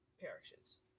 parishes